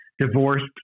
divorced